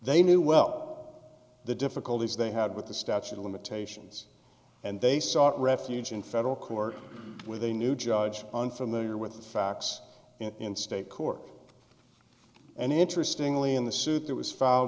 they knew well the difficulties they had with the statute of limitations and they sought refuge in federal court with a new judge unfamiliar with the facts in state court and interestingly in the suit that was filed